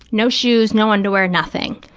no shoes, no underwear, nothing.